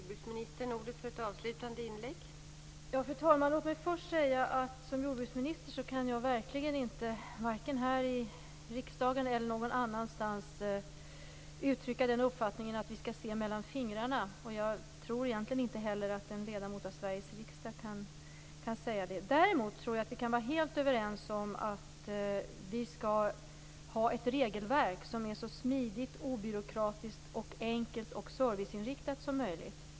Fru talman! Låt mig först säga att jag som jordbruksminister verkligen inte, vare sig här i riksdagen eller någon annanstans, kan uttrycka uppfattningen att vi skall se mellan fingrarna. Jag tror egentligen inte heller att en ledamot av Sveriges riksdag kan säga det. Däremot tror jag att vi kan vara helt överens om att vi skall ha ett regelverk som är så smidigt, obyråkratiskt, enkelt och serviceinriktat som möjligt.